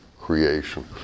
creation